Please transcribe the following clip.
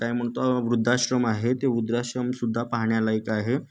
काय म्हणतो वृद्धाश्रम आहे ते वुद्राश्रम सुद्धा पाहण्यालायक आहे